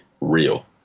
real